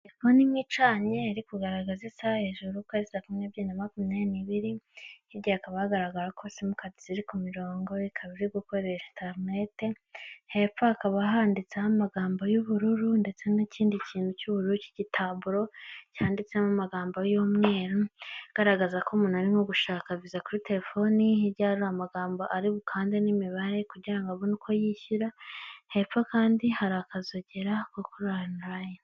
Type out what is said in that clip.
Telefoni icanye iri kugaragaza isaha hejuri ko ari saa kumi nebyiri na makumyabiri n'ibiri, hirya hakaba hagaragara ko simukadi ziri ku mirongo, ikaba iri gukoresha interineti, hepfo hakaba handitseho amagambo y'ubururu ndetse n'ikindi kintu cy'ubururu cy'igitaburo, cyanditsemo amagambo y'umweru agaragaza ko umuntu ari nko gushaka viza kuri telefoni, hirya hari amagambo ari bukande n'imibare kugira ngo abone uko yishyura, hepfo kandi hari akazogera ko kuri onurayini.